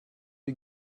you